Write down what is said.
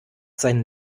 seinen